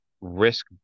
risk